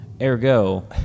ergo